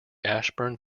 ashburn